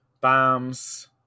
bombs